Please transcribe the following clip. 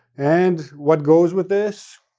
and what goes with this?